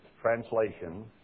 translation